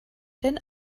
denn